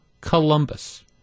Columbus